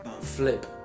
Flip